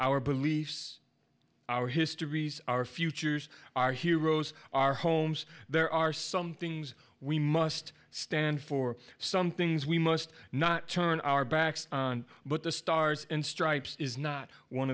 our beliefs our histories our futures our heroes our homes there are some things we must stand for some things we must not turn our backs on but the stars and stripes is not one